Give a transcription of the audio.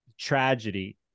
tragedy